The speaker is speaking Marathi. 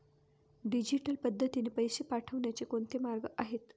डिजिटल पद्धतीने पैसे पाठवण्याचे कोणते मार्ग आहेत?